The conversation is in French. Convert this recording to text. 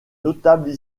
notables